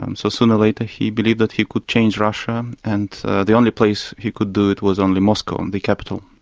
um so sooner or later he believed that he could change russia and the only place he could do it was only moscow, and the capital.